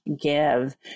give